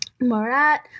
Morat